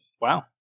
wow